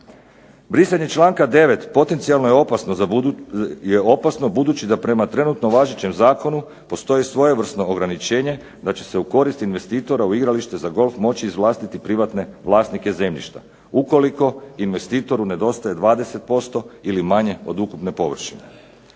Brisanje članka 9. potencijalno je opasno budući da prema trenutno važećem zakonu postoji svojevrsno ograničenje da će se u korist investitora u igralište za golf moći izvlastiti privatne vlasnike zemljišta ukoliko investitoru nedostaje 20% ili manje od ukupne površine.